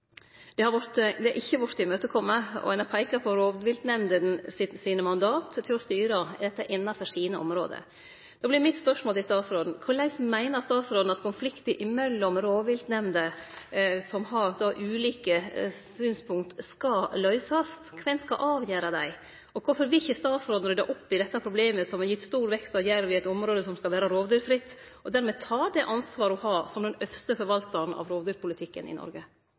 Det har ikkje vorte imøtekome, og ein har peika på rovviltnemndenes mandat til å styre innanfor sine område. Då vert mitt spørsmål til statsråden: Korleis meiner statsråden at konfliktar mellom rovviltnemnder som har ulike synspunkt, skal løysast? Kven skal avgjere dei? Og kvifor vil ikkje statsråden rydde opp i dette problemet som har gitt stor vekst av jerv i eit område som skal vere rovdyrfritt, og dermed ta det ansvaret ho har som den øvste forvaltaren av rovdyrpolitikken i Noreg?